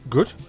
Good